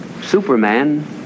Superman